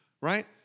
right